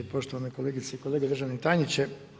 Poštovane kolegice i kolege, državni tajniče.